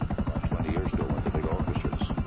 about twenty years ago went the big orchestras.